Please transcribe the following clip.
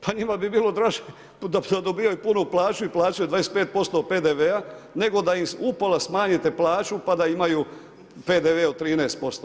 Pa njima bi bilo draže da dobijaju punu plaću i plaćaju 25% PDV-a, nego da im upola smanjite plaću pa da imaju PDV od 13%